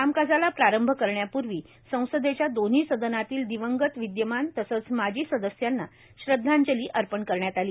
कामकाजाला प्रारंभ करण्यापूर्वी संसदेच्या दोन्ही सदनातल्या दिवंगत विद्यमान तसंच माजी सदस्यांना श्रदधांजली अर्पण करण्यात आली